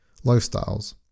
lifestyles